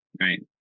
Right